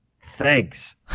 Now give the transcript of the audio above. Thanks